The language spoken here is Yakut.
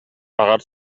баҕар